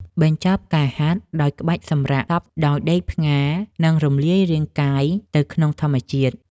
បញ្ចប់ការហាត់ដោយក្បាច់សម្រាកសព ដោយដេកផ្ងារ និងរំលាយរាងកាយទៅក្នុងធម្មជាតិ។